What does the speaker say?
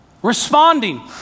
responding